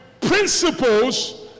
principles